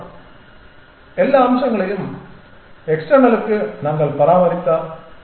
மாணவர் எல்லா அம்சங்களையும் எக்ஸ்ட்டேர்னலுக்கு நாங்கள் பராமரித்தால்